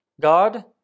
God